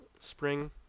spring